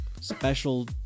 Special